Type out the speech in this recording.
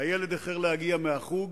הילד איחר להגיע מהחוג